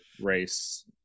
race